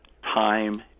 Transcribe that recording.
time